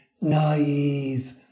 naive